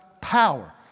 power